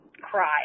cry